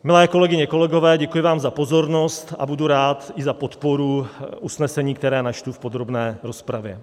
Milé kolegyně, kolegové, děkuji vám za pozornost a budu rád i za podporu usnesení, které načtu v podrobné rozpravě.